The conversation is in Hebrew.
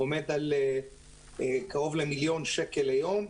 עומד על קרוב למיליון שקל ליום.